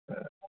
अऽ